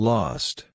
Lost